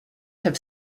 have